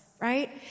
right